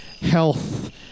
health